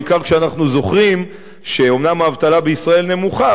בעיקר כשאנחנו זוכרים שאומנם האבטלה בישראל נמוכה,